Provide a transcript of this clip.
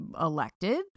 elected